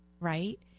right